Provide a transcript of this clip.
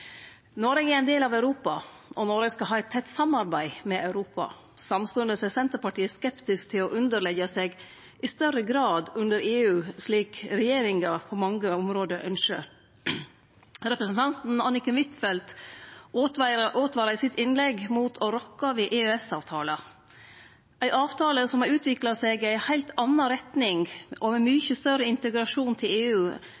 Noreg er ein del av Europa, og Noreg skal ha eit tett samarbeid med Europa. Samstundes er Senterpartiet skeptisk til å underleggje seg EU i større grad, slik regjeringa på mange område ynskjer. Representanten Anniken Huitfeldt åtvara i sitt innlegg mot å rokke ved EØS-avtalen – ein avtale som har utvikla seg i ei heilt anna retning og med